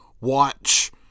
watch